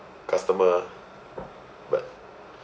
customer but